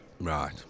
right